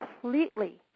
completely